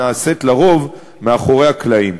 הנעשית לרוב מאחורי הקלעים.